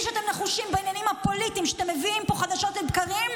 שאתם נחושים בעניינים הפוליטיים שאתם מביאים פה חדשות לבקרים,